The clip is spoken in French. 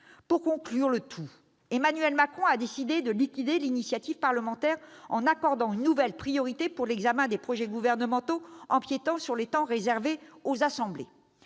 Pour conclure le tout, Emmanuel Macron a décidé de liquider l'initiative parlementaire en accordant une nouvelle priorité pour l'examen des projets gouvernementaux, empiétant sur les temps réservés aux assemblées.